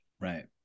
right